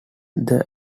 this